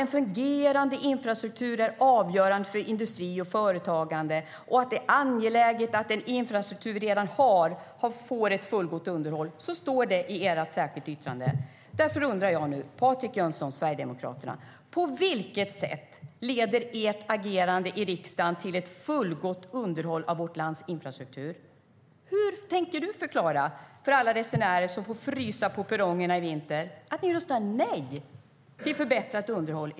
En fungerande infrastruktur är avgörande för industri och företagande, och det är angeläget att den infrastruktur vi redan har får ett fullgott underhåll. Så står det i ert särskilda yttrande. Därför undrar jag nu, Patrik Jönsson och Sverigedemokraterna: På vilket sätt leder ert agerande i riksdagen till ett fullgott underhåll av vårt lands infrastruktur? Hur tänker du förklara för alla resenärer som får frysa på perrongerna i vinter att ni röstade nej i riksdagen till förbättrat underhåll?